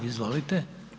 Izvolite.